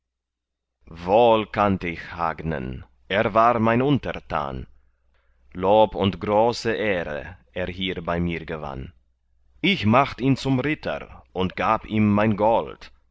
wohl kannt ich hagnen er war mein untertan lob und große ehre er hier bei mir gewann ich macht ihn zum ritter und gab ihm mein gold